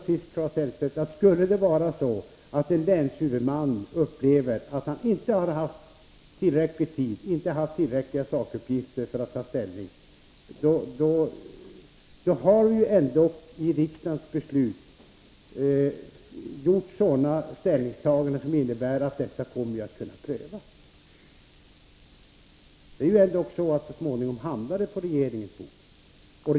Skulle det vara så, Claes Elmstedt, att en länshuvudman upplever att han inte har haft tillräcklig tid eller tillräckliga sakuppgifter för att ta ställning är det, genom de ställningstaganden som gjorts i riksdagens beslut, möjligt att pröva detta. Så småningom hamnar ärendet ändå på regeringens bord.